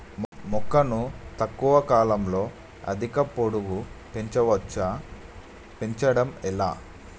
మొక్కను తక్కువ కాలంలో అధిక పొడుగు పెంచవచ్చా పెంచడం ఎలా?